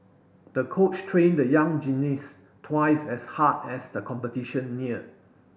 the coach trained the young gymnast twice as hard as the competition near